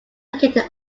located